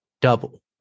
double